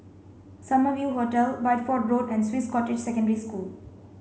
Summer View Hotel Bideford Road and Swiss Cottage Secondary School